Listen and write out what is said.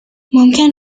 ممکن